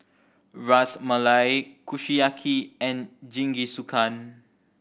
Ras Malai Kushiyaki and Jingisukan